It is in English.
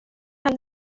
and